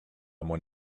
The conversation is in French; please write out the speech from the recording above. mon